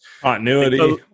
Continuity